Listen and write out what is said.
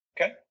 Okay